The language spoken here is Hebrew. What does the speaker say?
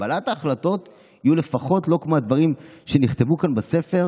שקבלת ההחלטות תהיה לפחות לא כמו הדברים שנכתבו כאן בספר,